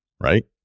right